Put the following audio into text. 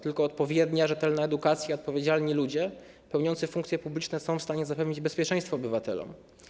Tylko odpowiednia rzetelna edukacja i odpowiedzialni ludzie pełniący funkcje publiczne są w stanie zapewnić bezpieczeństwo obywatelom.